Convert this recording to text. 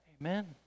Amen